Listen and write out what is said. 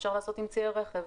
אפשר לעשות עם ציי רכב,